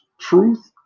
truth